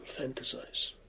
fantasize